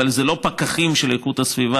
אבל זה לא פקחים של איכות הסביבה,